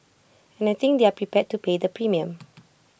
and I think they're prepared to pay the premium